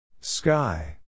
Sky